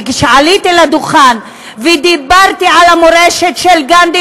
וכשעליתי לדוכן ודיברתי על המורשת של גנדי,